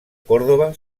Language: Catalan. còrdova